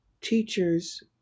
teachers